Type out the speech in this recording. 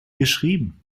geschrieben